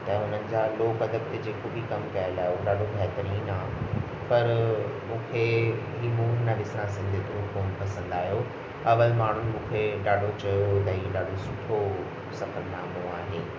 त हुननि जा लोक अदब ते जेको बि कमु कयलु आहे उहो ॾाढो बहितरीनु आहे पर मूंखे हीअ मूं न ॾिसणा सिंधी कोन पसंदि आहियो अवल माण्हू मुखे ॾाढो चयो हुओ त हीअ ॾाढो सुठो हुओ सफ़रनामो आहे